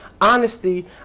honesty